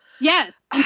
Yes